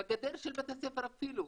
בגדר של בית הספר אפילו,